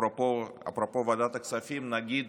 אפרופו ועדת הכספים, נגיד